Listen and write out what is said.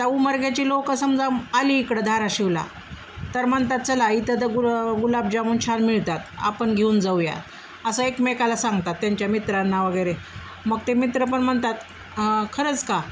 त्या उमर्ग्याची लोकं समजा आली इकडं धाराशिवला तर म्हणतात चला इथं तर गु गुलाबजामून छान मिळतात आपण घेऊन जाऊया असं एकमेकाला सांगतात त्यांच्या मित्रांनावगैरे मग ते मित्रपण म्हणतात खरंच का